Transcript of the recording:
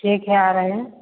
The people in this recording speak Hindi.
ठीक है आ रहे हैं